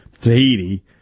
Tahiti